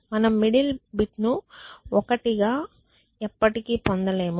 మనం మిడిల్ బిట్ను ఒకటిగా ఎప్పటికి పొందలేము